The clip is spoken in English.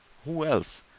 who else?